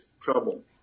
trouble